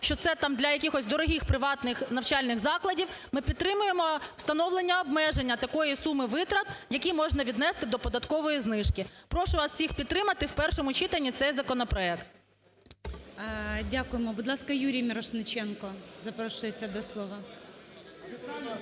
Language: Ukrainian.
що це там для якихось дорогих приватних навчальних закладів, ми підтримуємо встановлення обмеження такої суми витрат, які можна віднести до податкової знижки. Прошу вас всіх підтримати в першому читанні цей законопроект. ГОЛОВУЮЧИЙ. Дякуємо. Будь ласка, Юрій Мірошниченко запрошується до слова.